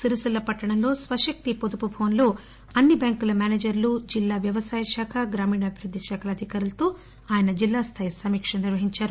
సిరిసిల్ల పట్టణంలోని స్వశక్తి వొదుపు భవన్ లో అన్ని బ్యాంకుల మేనేజర్లు జిల్లా వ్యవసాయ శాఖ గ్రామీణాభివృద్ది శాఖల అధికారులతో కలిసి జిల్లా స్దాయి సమీకా సమాపేశం నిర్వహించారు